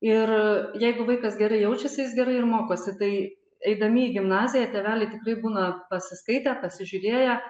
ir jeigu vaikas gerai jaučiasi jis gerai ir mokosi tai eidami į gimnaziją tėveliai tikrai būna pasiskaitę pasižiūrėję